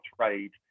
trade